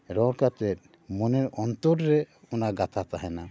ᱨᱚᱲ ᱠᱟᱛᱮᱫ ᱢᱚᱱᱮ ᱚᱱᱛᱚᱨ ᱨᱮ ᱚᱱᱟ ᱜᱟᱛᱷᱟ ᱛᱟᱦᱮᱱᱟ